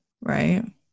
Right